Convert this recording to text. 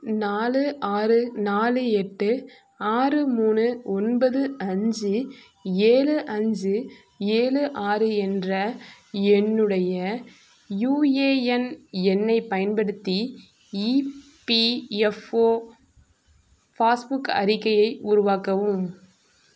நாலு ஆறு நாலு எட்டு ஆறு மூணு ஒன்பது அஞ்சு ஏழு அஞ்சு ஏழு ஆறு என்ற என்னுடைய யூஏஎன் எண்ணைப் பயன்படுத்தி இபிஎஃப்ஓ பாஸ் புக் அறிக்கையை உருவாக்கவும்